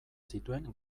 zituen